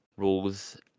rules